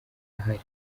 ahari